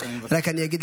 אגיד,